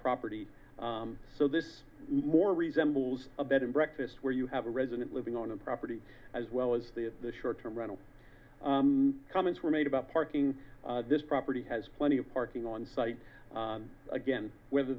property so this more resembles a bed and breakfast where you have a resident living on the property as well as the short term rental comments were made about parking this property has plenty of parking on site again whether